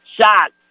Shot